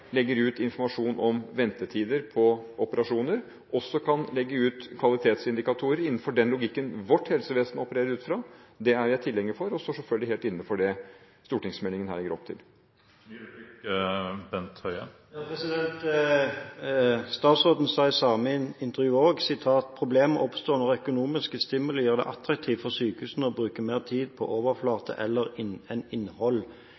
legger ut informasjon om ventetider på operasjoner, og også kan legge ut kvalitetsindikatorer innenfor den logikken vårt helsevesen opererer ut fra, er jeg tilhenger av, og jeg står selvfølgelig helt inne for det stortingsmeldingen her legger opp til. Statsråden sa i samme intervju: «Problemet oppstår når økonomiske stimuli gjør det attraktivt for sykehusene å bruke mer tid på overflate enn innhold.»